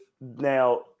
now